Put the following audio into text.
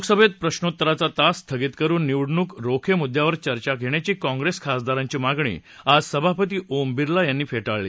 लोकसभेत प्रश्रोत्तराचा तास स्थगित करून निवडणूक रोखे मुद्यावर चर्चा घेण्याधी काँग्रेस खासदारांची मागणी आज सभापती ओम बिर्ला यांनी फेटाळली